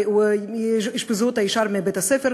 אשפזו אותה ישר מבית-הספר,